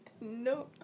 No